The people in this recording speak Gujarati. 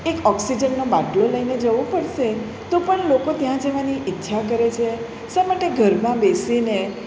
એક ઓક્સિજનનો બાટલો લઈને જવું પળશે તો પણ લોકો ત્યાં જવાની ઈચ્છા કરે છે શા માટે ઘરમાં બેસીને